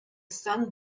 sun